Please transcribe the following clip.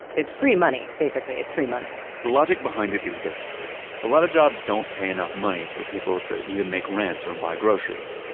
it's free money. basically, it's free money the logic behind it is this a lot of jobs don't pay enough money for people to even make rent or buy groceries.